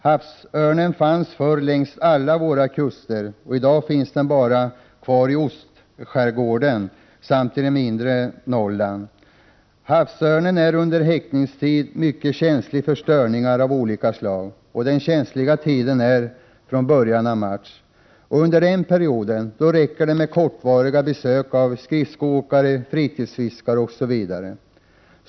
Havsörnen fanns förr längs alla våra kuster, men i dag finns den bara kvar i ostskärgården samt i det inre Norrland. Havsörnen är under häckningstiden mycket känslig för störningar av olika slag. Den känsligaste tiden är från början av mars. Under denna period räcker det med kortvariga besök av skridskoåkare, fritidsfiskare osv. för att havsörnen skall bli störd.